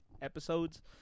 episodes